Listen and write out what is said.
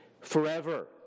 forever